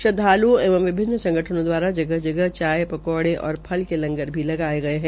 श्रद्वाल्ओं एवं विभिन्न संगठनों द्वारा जगह जगह चाय कौड़ें और फल के लंगर भी लगाये गये है